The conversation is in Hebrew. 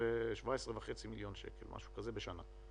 17.5 מיליון שקל בשנה.